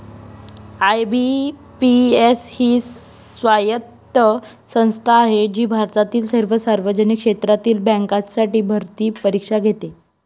IBPS ही स्वायत्त संस्था आहे जी भारतातील सर्व सार्वजनिक क्षेत्रातील बँकांसाठी भरती परीक्षा घेते